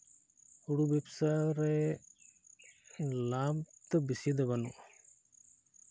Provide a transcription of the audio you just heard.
ᱦᱩᱲᱩ ᱵᱮᱵᱽᱥᱟ ᱨᱮ ᱞᱟᱵᱷ ᱫᱚ ᱵᱮᱥᱤ ᱫᱚ ᱵᱟᱹᱱᱩᱜᱼᱟ